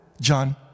John